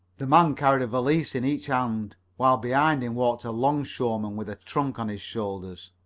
the man carried a valise in each hand, while behind him walked a longshoreman with a trunk on his shoulder.